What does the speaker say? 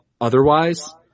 otherwise